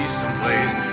someplace